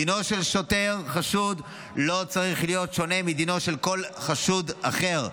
דינו של שוטר חשוד לא צריך להיות שונה מדינו של כל חשוד אחר,